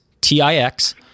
T-I-X